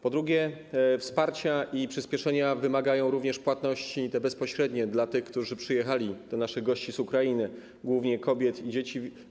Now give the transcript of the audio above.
Po drugie, wsparcia i przyspieszenia wymagają również płatności bezpośrednie dla tych, którzy przyjechali, dla naszych gości z Ukrainy, głównie kobiet i dzieci.